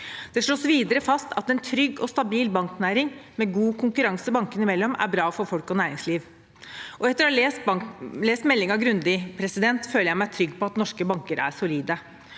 Det slås videre fast at en trygg og stabil banknæring med god konkurranse bankene imellom er bra for folk og næringsliv. Etter å ha lest meldingen grundig føler jeg meg trygg på at norske banker er solide.